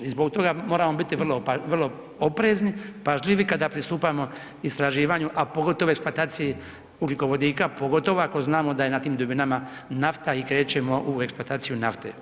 I zbog toga moramo biti vrlo oprezni, pažljivi kada pristupamo istraživanju, a pogotovo eksploataciji ugljikovodika pogotovo ako znamo da je na tim dubinama nafta i krećemo u eksploataciju nafte.